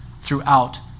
throughout